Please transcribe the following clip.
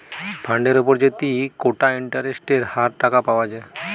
ফান্ডের উপর যদি কোটা ইন্টারেস্টের হার টাকা পাওয়া যায়